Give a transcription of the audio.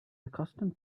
accustomed